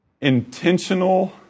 intentional